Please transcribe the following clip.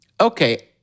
Okay